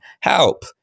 Help